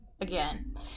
again